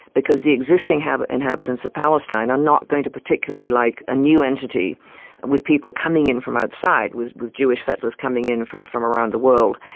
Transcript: because the existing inhabitants of palestine are not going to particularly like a new entity with people coming in from outside, with with jewish settlers coming in from from around the world.